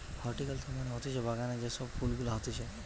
horticulture মানে হতিছে বাগানে যে সব ফুল গুলা হতিছে